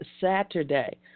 Saturday